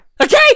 Okay